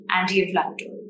anti-inflammatory